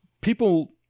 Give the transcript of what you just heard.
people